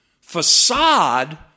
facade